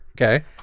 Okay